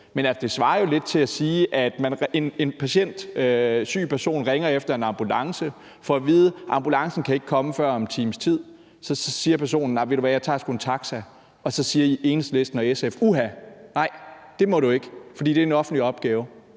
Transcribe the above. Men det svarer jo lidt til, at en syg person ringer efter en ambulance og får at vide, at ambulancen ikke kan komme før om en times tid. Så siger personen: Nej, ved du hvad, jeg tager sgu en taxa. Og så siger Enhedslisten og SF: Uha, nej, det må du ikke, for det er en offentlig opgave.